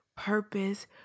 purpose